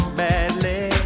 badly